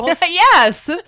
Yes